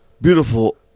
Beautiful